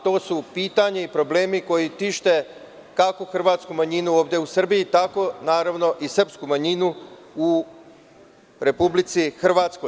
To su pitanja i problemi koji tište kako hrvatsku manjinu ovde u Srbiji, tako i srpsku manjinu u Hrvatskoj.